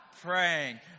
praying